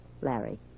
Larry